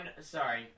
sorry